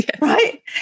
right